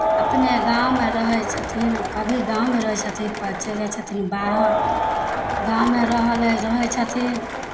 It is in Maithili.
अपने गाँवमे रहै छथिन कभी गाँवमे रहै छथिन फेर चलि जाइ छथिन बाहर गाँवमे रहलै रहै छथिन